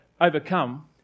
overcome